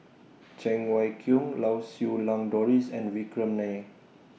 Cheng Wai Keung Lau Siew Lang Doris and Vikram Nair